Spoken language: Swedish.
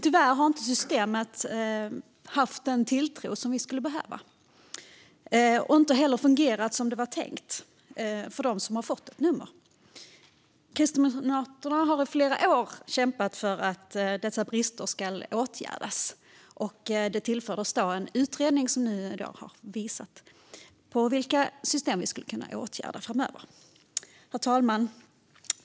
Tyvärr har den tilltro till systemet som vi skulle behöva inte funnits, och det har inte heller fungerat som det var tänkt för den som har fått ett nummer. Kristdemokraterna har i flera år kämpat för att dessa brister ska åtgärdas, och det tillsattes en utredning som nu har visat vilka system som skulle kunna åtgärdas framöver. Herr talman!